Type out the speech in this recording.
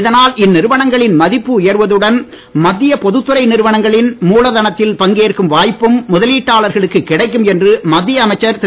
இதனால் இந்நிறுவனங்களின் மதிப்பு உயர்வதுடன் மத்திய பொதுத்துறை நிறுவனங்களின் மூலதனத்தில் பங்கேற்கும் வாய்ப்பும் முதலீட்டாளர்களுக்குக் கிடைக்கும் என்று மத்திய அமைச்சர் திரு